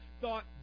thought